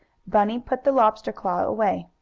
bunny put the lobster claw away.